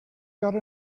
got